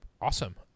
awesome